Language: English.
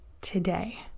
today